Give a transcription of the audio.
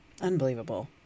Unbelievable